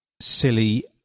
Silly